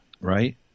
right